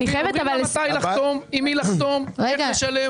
אומרים לה מתי לחתום, עם מי לחתום ואיך לשלם.